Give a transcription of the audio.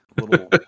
little